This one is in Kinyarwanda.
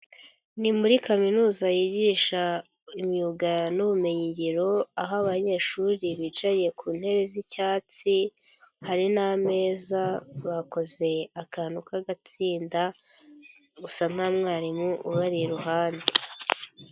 Ni muri kaminuza yigisha imyuga n'ubumenyingiro aho abanyeshuri bicaye ku ntebe z'icyatsi, hari n'ameza bakoze akantu k'agatsinda gusa nta mwarimu ubari iruhande.